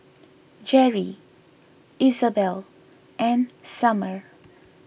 Jerri Izabelle and Sommer